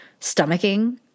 stomaching